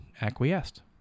acquiesced